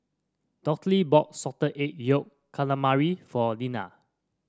Dorthey bought Salted Egg Yolk Calamari for Liller